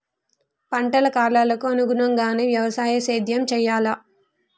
పంటల కాలాలకు అనుగుణంగానే వ్యవసాయ సేద్యం చెయ్యాలా?